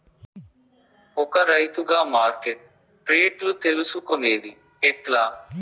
ఒక రైతుగా మార్కెట్ రేట్లు తెలుసుకొనేది ఎట్లా?